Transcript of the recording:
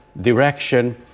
direction